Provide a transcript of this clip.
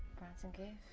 bronson canyon.